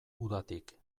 udatik